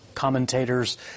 Commentators